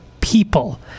people